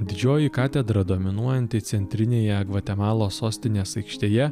didžioji katedra dominuojanti centrinėje gvatemalos sostinės aikštėje